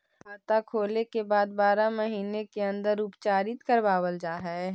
खाता खोले के बाद बारह महिने के अंदर उपचारित करवावल जा है?